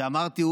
שאמרתי,